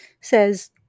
says